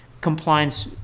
compliance